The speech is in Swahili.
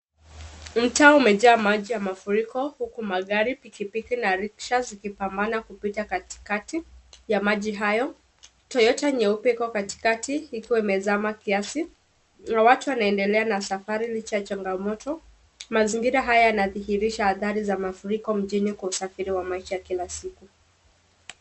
Mtaa umejaa maji ya mafuriko huku magari, pikipiki na riksha zikipambana kupita katikati ya maji hayo, toyota nyeupe iko katikati ikiwa imezama kiasi, na watu wanaendelea na safari licha ya changamoto, mazingira haya yanadhihirisha hatari ya mafuriko mjini kwa usafiri wa maisha ya kila siku.